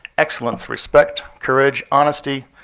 excellence, respect, courage, honesty,